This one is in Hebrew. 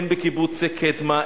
הן בקיבוץ קדמה,